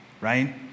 right